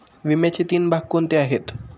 विम्याचे तीन भाग कोणते आहेत?